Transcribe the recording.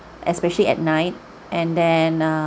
especially at night and then err